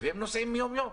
והם נוסעים יום-יום.